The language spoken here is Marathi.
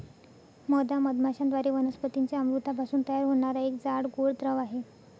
मध हा मधमाश्यांद्वारे वनस्पतीं च्या अमृतापासून तयार होणारा एक जाड, गोड द्रव आहे